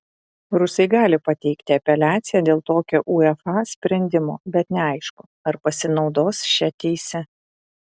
rusai gali pateikti apeliaciją dėl tokio uefa sprendimo bet neaišku ar pasinaudos šia teise